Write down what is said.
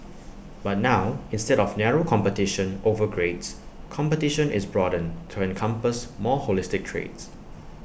but now instead of narrow competition over grades competition is broadened to encompass more holistic traits